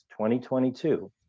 2022